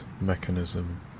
mechanism